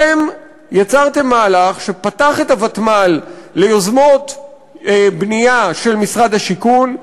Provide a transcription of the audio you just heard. אתם יצרתם מהלך שפתח את הוותמ"ל ליוזמות בנייה של משרד השיכון,